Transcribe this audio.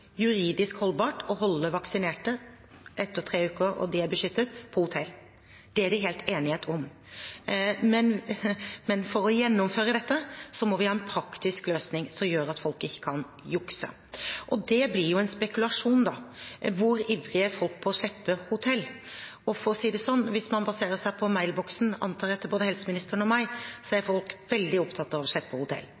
juridisk holdbart å holde vaksinerte etter tre uker, da de er beskyttet, på hotell. Det er det full enighet om. Men for å gjennomføre dette må vi ha en praktisk løsning som gjør at folk ikke kan jukse. Det blir jo en spekulasjon hvor ivrige folk er etter å slippe hotell. For å si det sånn: Hvis man baserer seg på mailboksen, antar jeg, til både helseministeren og meg, er